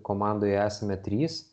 komandoje esame trys